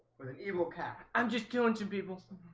with an evil cat i'm just doing two people